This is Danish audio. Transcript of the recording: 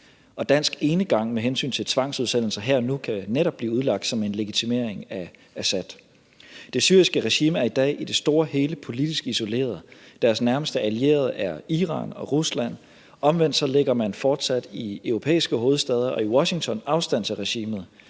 dansk enegang med hensyn til tvangsudsendelser her og nu kan netop blive udlagt som en legitimering af Assad. Det syriske regime er i dag i det store og hele politisk isoleret. Deres nærmeste allierede er Iran og Rusland. Omvendt lægger man fortsat i europæiske hovedstæder og i Washington afstand til regimet,